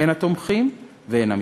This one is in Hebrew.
הן התומכים והן המתנגדים,